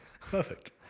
Perfect